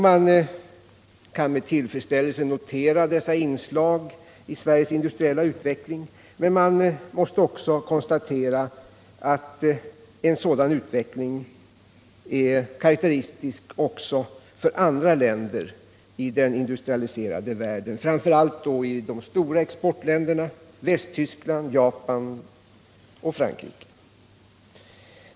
Man kan med tillfredsställelse notera dessa inslag i Sveriges industriella utveckling, men man måste också konstatera att en sådan utveckling är karakteristisk även för andra länder i den industrialiserade världen, framför allt de stora exportländerna Västtyskland, Japan och Frankrike.